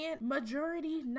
majority